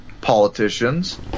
politicians